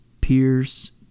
peers